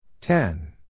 ten